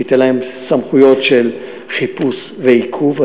סמכויות של חיפוש ועיכוב.